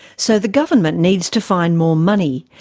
so the government needs to find more money,